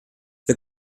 wir